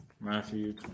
Matthew